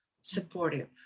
supportive